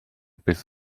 beth